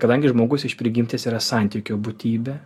kadangi žmogus iš prigimties yra santykio būtybė